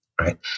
right